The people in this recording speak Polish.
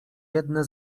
jedne